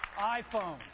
iPhone